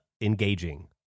engaging